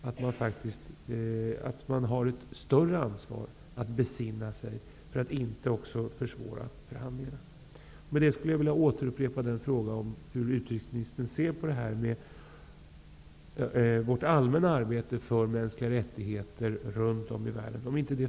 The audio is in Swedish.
Man har ett större ansvar att besinna sig, så att inte förhandlingarna försvåras. Med detta skulle jag vilja återupprepa frågan om hur utrikesministern ser på vårt allmänna arbete för mänskliga rättigheter runt om i världen.